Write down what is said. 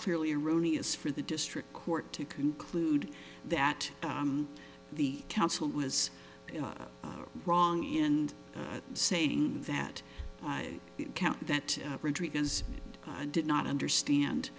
clearly erroneous for the district court to conclude that the counsel was wrong and saying that count that as i did not understand